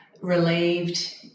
relieved